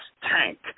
tank